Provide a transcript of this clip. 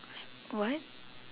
what